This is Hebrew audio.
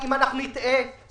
אני רוצה לעבור לצהרונים.